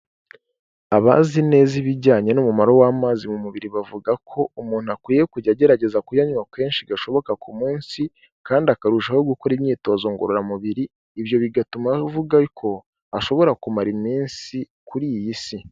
Abazi neza ibijyanye n'umumaro w'amazi mu mubiri bavuga ko umuntu akwiye kujya agerageza kuyanywa kenshi gashoboka ku munsi, kandi akarushaho gukora imyitozo ngorora mubiri ibyo bigatuma avuga ko ashobora kumara iminsi kuri iyi si.